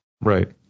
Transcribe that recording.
Right